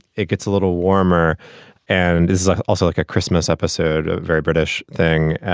it gets a little warmer and is also like a christmas episode, a very british thing,